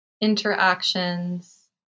interactions